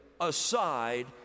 aside